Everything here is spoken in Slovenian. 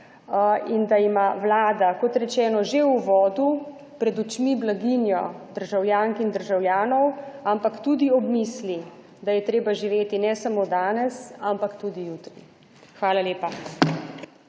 in da ima Vlada, kot rečeno že v uvodu, pred očmi blaginjo državljank in državljanov, ampak tudi ob misli, da je treba živeti ne samo danes, ampak tudi jutri. Hvala lepa.